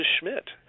Schmidt